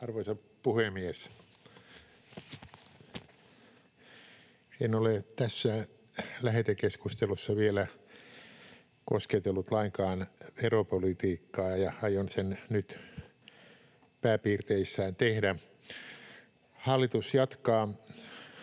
Arvoisa puhemies! En ole tässä lähetekeskustelussa vielä kosketellut lainkaan veropolitiikkaa ja aion sen nyt pääpiirteissään tehdä. Hallitus jatkaa